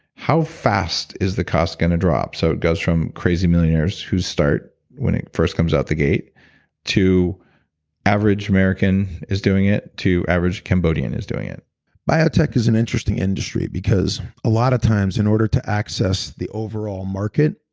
how fast is the cost going to drop? so it goes from crazy millionaires who start when it first comes out the gate to average american is doing it to average cambodian is doing it biotech is an interesting industry because a lot of times in order to access the overall market,